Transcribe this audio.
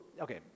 okay